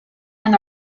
and